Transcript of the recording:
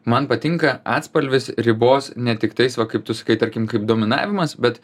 man patinka atspalvis ribos ne tik tais va kaip tu sakai tarkim kaip dominavimas bet